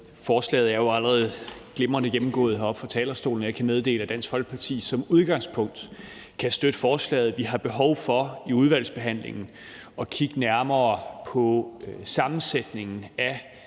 Forslaget er jo allerede glimrende gennemgået heroppe fra talerstolen, og jeg kan meddele, at Dansk Folkeparti som udgangspunkt kan støtte forslaget. Vi har behov for i udvalgsbehandlingen at kigge nærmere på sammensætningen af